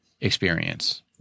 experience